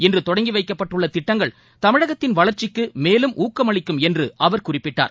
இன்று தொடங்கி வைக்கப்பட்டுள்ள திட்டங்கள் தமிழகத்தின் வளர்ச்சிக்கு மேலும் ஊக்கமளிக்கும் என்று அவர் குறிப்பிட்டார்